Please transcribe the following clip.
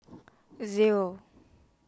Zero